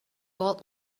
old